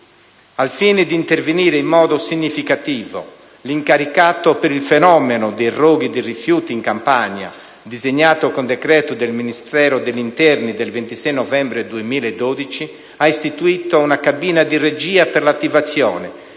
Al fine di intervenire in modo significativo, l'incaricato per il fenomeno dei roghi di rifiuti in Campania, designato con decreto del Ministero dell'interno del 26 novembre 2012, ha istituito una cabina di regia per l'attivazione,